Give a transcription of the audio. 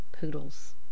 poodles